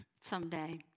someday